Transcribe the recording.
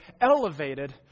elevated